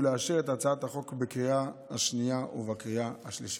ולאשר את הצעת החוק בקריאה השנייה ובקריאה השלישית.